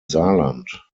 saarland